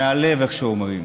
מהלב, כמו שאומרים.